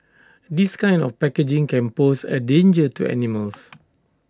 this kind of packaging can pose A danger to animals